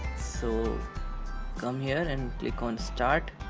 so come here and click on start.